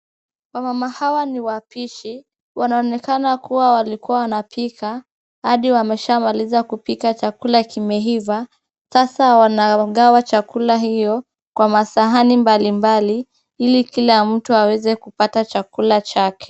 Wamama hawa ni wapishi ,wanaonekana kuwa walikuwa wanapika hadi wameshamaliza kupika chakula kimeiva. Sasa wanagawa chakula hicho kwa masahani mbalimbali ili kila mtu aweze kupata chakula chake.